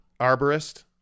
Arborist